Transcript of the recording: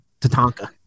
Tatanka